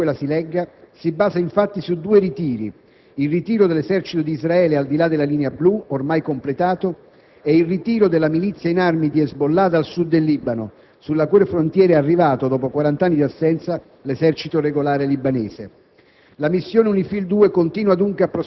La risoluzione 1701, comunque la si legga, si basa infatti su due ritiri: il ritiro dell'esercito di Israele al di là della Linea Blu, ormai completato, e il ritiro della milizia in armi di Hezbollah dal sud del Libano, sulla cui frontiera è ormai arrivato, dopo quarant' anni di assenza, l'esercito regolare libanese.